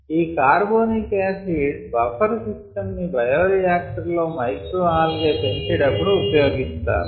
ఈ carbonic acid buffer system ని bioreactor లో మైక్రో ఆల్గె పెంచేటప్పుడు ఉపయోగిస్తారు